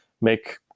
make